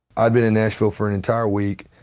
i'd been in nashville for an entire week,